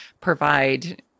provide